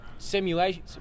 Simulation